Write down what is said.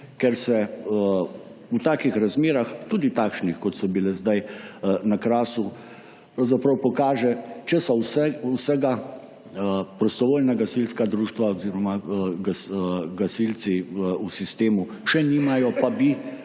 ker se v takih razmerah, tudi takšnih, kot so bile zdaj na Krasu, pravzaprav pokaže, česa vsega prostovoljna gasilska društva oziroma gasilci v sistemu še nimajo, pa bi